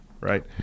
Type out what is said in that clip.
right